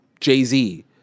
Jay-Z